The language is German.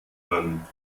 kann